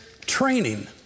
training